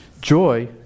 joy